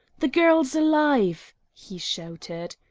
the girl's alive! he shouted.